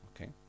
Okay